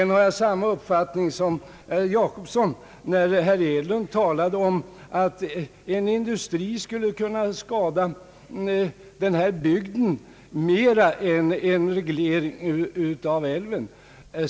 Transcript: Jag har vidare samma uppfattning som herr Jacobsson i fråga om vad herr Hedlund sade om att en industri skulle kunna skada den bygd det här gäller mer än en reglering av Vindelälven.